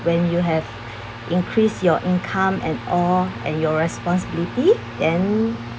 when you have increase your income and all and your responsibility then